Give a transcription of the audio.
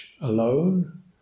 alone